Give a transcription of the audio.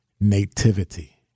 nativity